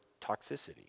toxicity